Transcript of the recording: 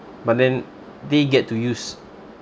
but then they get to use